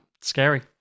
scary